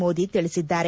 ಮೋದಿ ತಿಳಿಸಿದ್ದಾರೆ